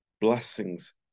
blessings